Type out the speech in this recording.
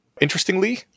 interestingly